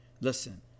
listen